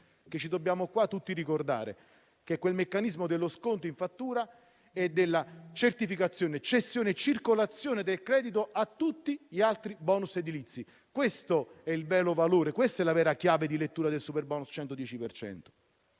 che dobbiamo tutti ricordare. Mi riferisco al meccanismo dello sconto in fattura e della certificazione, cessione e circolazione del credito a tutti gli altri *bonus* edilizi. Questo è il vero valore, questa è la vera chiave di lettura del superbonus 110